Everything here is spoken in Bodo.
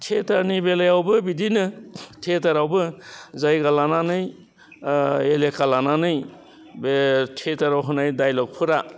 थियाटारनि बेलायावबो बिदिनो थियेटारावबो जायगा लानानै एलेका लानानै बे थियेटाराव होनाय दाइलगफोरा